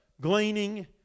gleaning